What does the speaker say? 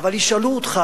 אבל ישאלו אותך,